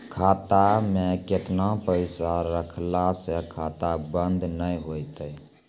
खाता मे केतना पैसा रखला से खाता बंद नैय होय तै?